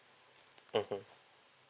mmhmm